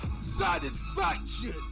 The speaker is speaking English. satisfaction